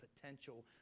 potential